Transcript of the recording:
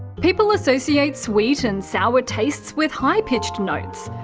people associate sweet and sour tastes with high-pitched notes.